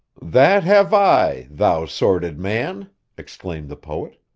that have i, thou sordid man exclaimed the poet.